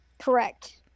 Correct